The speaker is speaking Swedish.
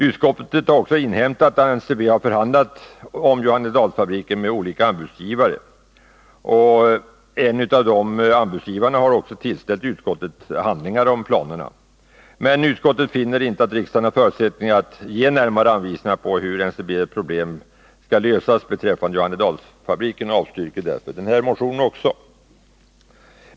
Utskottet har också inhämtat att NCB förhandlat om Johannedalsfabriken med olika anbudsgivare. En av dessa anbudsgivare har tillställt utskottet handlingar beträffande planerna. Men utskottet finner inte att riksdagen har förutsättningar att ge närmare anvisningar för hur NCB:s problem skall lösas när det gäller Johannedalsfabriken, och motionen avstyrks därför.